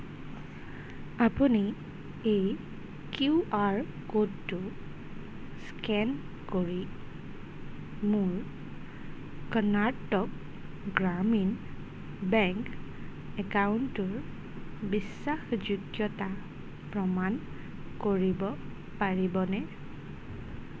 আপুনি এই Q R ক'ডটো স্কেন কৰি মোৰ কৰ্ণাটক গ্ৰামীণ বেংক একাউণ্টটোৰ বিশ্বাসযোগ্যতা প্ৰমাণ কৰিব পাৰিবনে